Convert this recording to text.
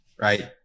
right